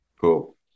Cool